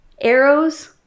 arrows